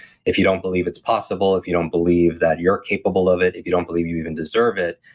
if you don't believe it's possible, if you don't believe that you're capable of it, if you don't believe you even deserve it,